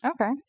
okay